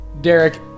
Derek